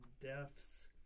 deaths